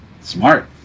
Smart